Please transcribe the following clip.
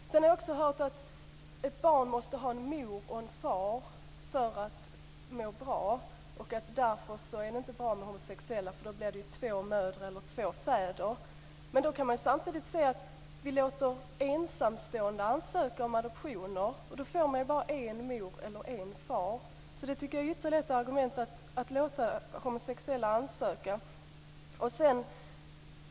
Sedan har jag också hört att ett barn måste ha en mor och en far för att må bra och det därför inte är bra med homosexuella eftersom det då blir två mödrar eller två fäder. Men samtidigt låter vi ensamstående ansöka om adoptioner, och då får barnet bara en mor eller en far. Det tycker jag är ytterligare ett argument att låta homosexuella ansöka.